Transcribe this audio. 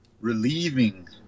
relieving